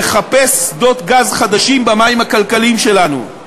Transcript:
לחפש שדות גז חדשים במים הכלכליים שלנו.